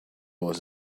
was